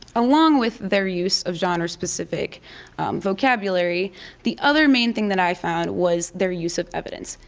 along with their use of genre specific vocabulary the other main thing that i found was their use of evidence.